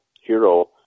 Hero